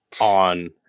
on